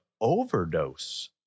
overdose